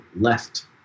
left